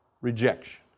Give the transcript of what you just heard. rejection